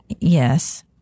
yes